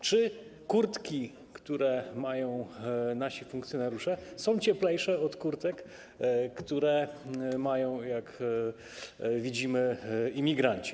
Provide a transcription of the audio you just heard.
Czy kurtki, które mają nasi funkcjonariusze, są cieplejsze od kurtek, które mają, jak widzimy, imigranci?